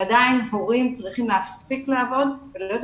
ועדיין הורים צריכים להפסיק לעבוד ולהיות